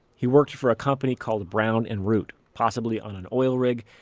he worked for a company called brown and root, possibly on an oil rig.